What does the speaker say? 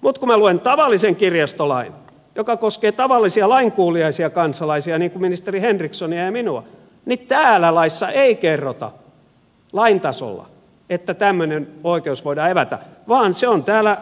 mutta kun minä luen tavallisen kirjastolain joka koskee tavallisia lainkuuliaisia kansalaisia niin kuin ministeri henrikssonia ja minua niin täällä laissa ei kerrota lain tasolla että tämmöinen oikeus voidaan evätä vaan se on täällä